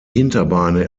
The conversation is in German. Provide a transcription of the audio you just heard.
hinterbeine